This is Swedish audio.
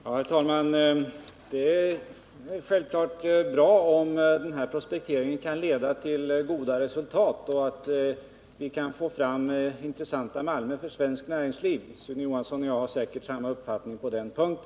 Herr talman! Det är självfallet bra om den berörda prospekteringsverksamheten kan leda till goda resultat, så att vi kan få fram intressanta malmer för svenskt näringsliv. Sune Johansson och jag har säkerligen samma uppfattning på den punkten.